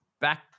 back